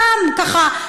גם ככה,